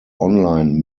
online